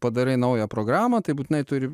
padarai naują programą tai būtinai turi